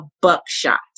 buckshot